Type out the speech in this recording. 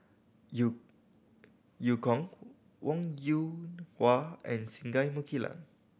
Eu Eu Kong Wong Yoon Wah and Singai Mukilan